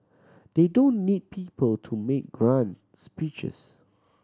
they don't need people to make grand speeches